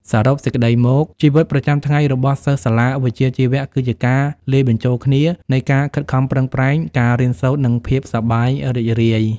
សរុបសេចក្តីមក ជីវិតប្រចាំថ្ងៃរបស់សិស្សសាលាវិជ្ជាជីវៈគឺជាការលាយបញ្ចូលគ្នានៃការខិតខំប្រឹងប្រែង ការរៀនសូត្រ និងភាពសប្បាយរីករាយ។